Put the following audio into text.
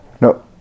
No